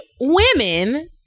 women